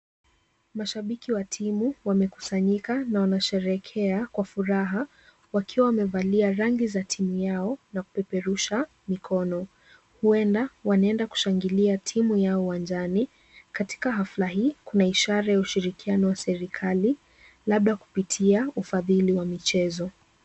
Mashabiki wa timu wamekusanyika na wanasherehekea kwa furaha wakiwa wamevalia rangi za timu yao na kupeperusha mikono. Huenda wanaenda kushangilia timu yao uwanjani. Katika hafla hii, kuna ishara ya ushirikiano wa serikali, labda kupitia ufadhili wa michezo.